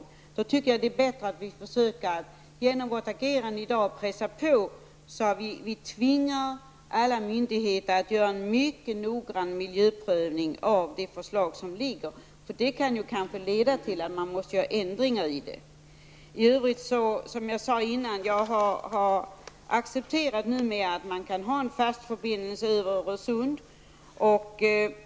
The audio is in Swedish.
I stället tycker jag att det är bättre att vi genom vårt agerande i dag försöker pressa på, så att vi tvingar alla berörda myndigheter att göra en mycket noggrann miljöprövning av det här förslaget. Det kan ju leda till att man upptäcker att ändringar måste göras. I övrigt, som jag tidigare har sagt, accepterar jag numera en fast förbindelse över Öresund.